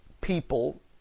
people